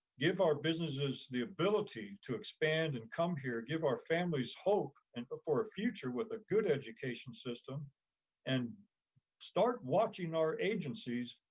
give our businesses the ability to expand and come here give our families hope and hope but for a future with a good education system and start watching our agencies,